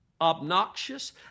obnoxious